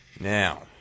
Now